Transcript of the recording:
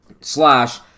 Slash